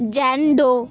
Jain ਡੋ